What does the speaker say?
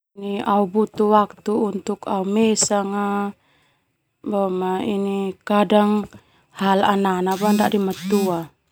Au butuh waktu untuk au mesanga boma ini kadang hal anana boe ana dadi hal matua.